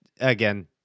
again